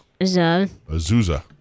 Azusa